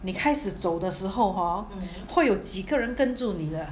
你开始走的时候 hor 会有几个人跟住你的